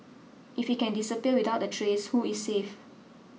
if he can disappear without a trace who is safe